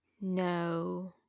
No